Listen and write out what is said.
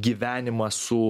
gyvenimą su